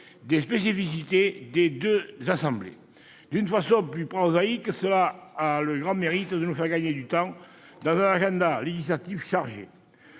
des spécificités de chaque assemblée. De façon plus prosaïque, cet accord a le grand mérite de nous faire gagner du temps dans un agenda législatif chargé.